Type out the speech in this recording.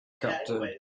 captain